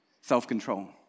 self-control